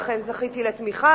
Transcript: ואכן זכיתי לתמיכה.